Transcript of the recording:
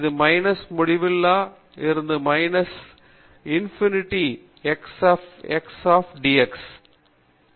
இது மைனஸ் முடிவிலா இருந்து பிளஸ் முடிவிலா xf of dx